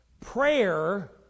prayer